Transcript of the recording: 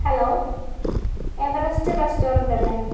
hello Everest റെസ്റ്റോറന്റല്ലെ